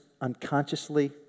unconsciously